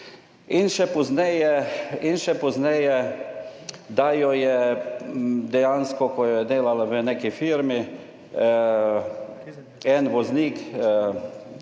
In še pozneje, da jo je dejansko, ko je delala v neki firmi, en voznik,